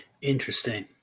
Interesting